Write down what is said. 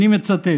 אני מצטט: